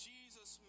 Jesus